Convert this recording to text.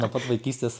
nuo pat vaikystės